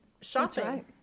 shopping